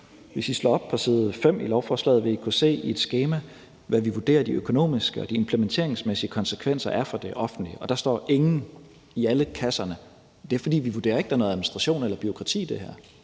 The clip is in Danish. Hvis vi slår op på side 5 i lovforslaget, vil I kunne se i et skema, hvad vi vurderer de økonomiske og implementeringsmæssige konsekvenser er for det offentlige, og der står »Ingen« i alle kasserne. Det er, fordi vi vurderer, at der ikke er noget administration eller bureaukrati i det her.